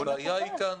ראשית,